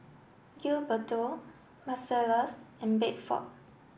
Gilberto Marcellus and Bedford